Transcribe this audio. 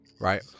right